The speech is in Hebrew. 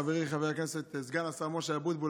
חברי חבר הכנסת סגן השר משה אבוטבול,